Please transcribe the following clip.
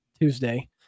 Tuesday